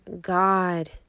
God